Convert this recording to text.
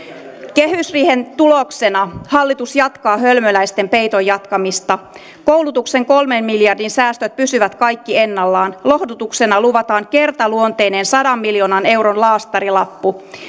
kehysriihen tuloksena hallitus jatkaa hölmöläisten peiton jatkamista koulutuksen kolmen miljardin säästöt pysyvät kaikki ennallaan lohdutuksena luvataan kertaluonteinen sadan miljoonan euron laastarilappu